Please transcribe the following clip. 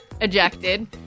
ejected